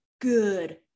good